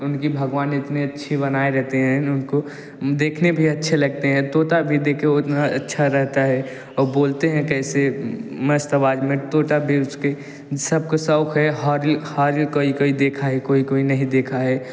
उनकी भगवान इतनी अच्छी बनाए रहते हैं उनको देखने भी अच्छे लगते हैं तोता भी देखो उतना अच्छा रहता है और बोलते हैं कैसे मस्त आवाज़ में तोता भी उसके सब कुछ शौक़ है होरिल होरिल कोई कोई देखा है कोई कोई नहीं देखा है